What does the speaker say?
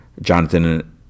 Jonathan